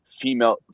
Female